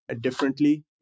differently